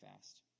fast